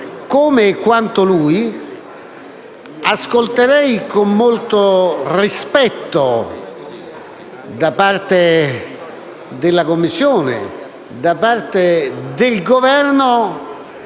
come e quanto lui, ascolterei con molto rispetto da parte della Commissione e del Governo